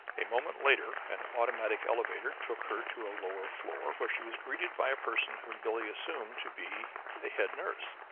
a moment later an automatic elevator took her to a lower floor, where she was greeted by a person whom billie assumed to be a head nurse.